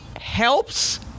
helps